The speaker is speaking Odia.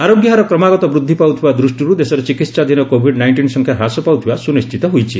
ଆରୋଗ୍ୟହାର କ୍ରମାଗତ ବୃଦ୍ଧି ପାଉଥିବା ଦୃଷ୍ଟିରୁ ଦେଶରେ ଚିକିତ୍ସାଧୀନ କୋଭିଡ ନାଇଞ୍ଜିନ୍ ସଂଖ୍ୟା ହ୍ରାସ ପାଉଥିବା ସୁନିଣ୍ଚିତ ହୋଇଛି